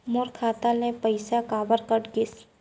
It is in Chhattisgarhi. मोर खाता ले पइसा काबर कट गिस?